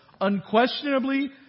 Unquestionably